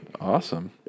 Awesome